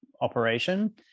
operation